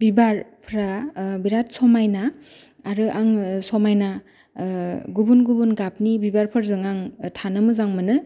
बिबार फ्रा बिराद समायना आरो आङो समायना गुबुन गुबुन गाबनि बिबारफोरजों आं थानो मोजां मोनो